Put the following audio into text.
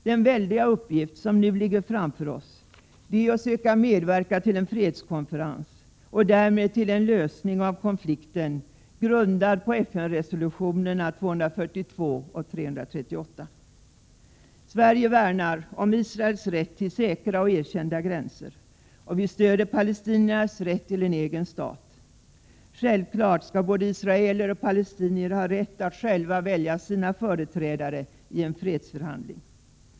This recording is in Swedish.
Den väldiga uppgift som nu ligger framför oss är att söka medverka till en fredskonferens och därmed till en lösning av konflikten, grundad på FN-deklarationerna 242 och 338. Sverige värnar om Israels rätt till säkra och erkända gränser, och vi stöder palestiniernas rätt till en egen stat. Självfallet skall både israeler och palestinier ha rätt att själva välja sina företrädare i en fredsförhandling.